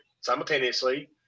simultaneously